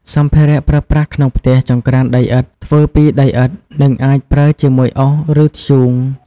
សម្ភារៈប្រើប្រាស់ក្នុងផ្ទះចង្ក្រានដីឥដ្ឋ ធ្វើពីដីឥដ្ឋ និងអាចប្រើជាមួយអុស ឬធ្យូង។